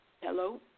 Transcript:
Hello